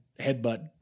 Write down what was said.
headbutt